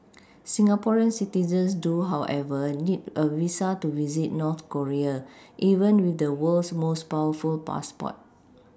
Singaporean citizens do however need a visa to visit North Korea even with the world's most powerful passport